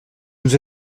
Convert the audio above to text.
nous